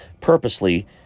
purposely